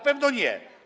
Pewno nie.